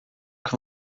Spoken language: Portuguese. que